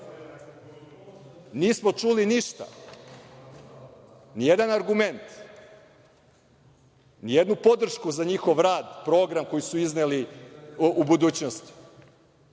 Nismo čuli ništa, nijedan argument, nijednu podršku za njihov rad, program koji su izneli u budućnosti.